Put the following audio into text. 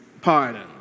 pardon